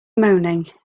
moaning